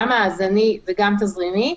גם מאזני וגם תזרימי,